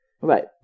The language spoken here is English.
Right